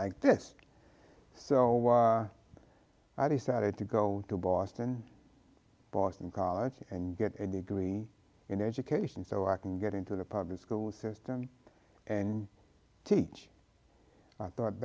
like this so i decided to go to boston boston college and get a degree in education so i can get into the public school system and teach thought